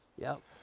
yes.